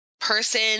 person